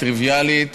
היא טריוויאלית,